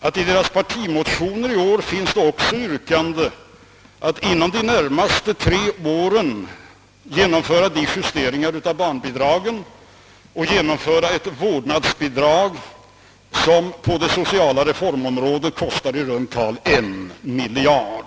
att det i centerpartiets partimotioner i år också finns yrkande på att det inom de närmaste tre åren skall genomföras justeringar av barnbidragen och beslutas om ett vårdnadsbidrag som på det sociala reformområdet kostar i runt tal en miljard.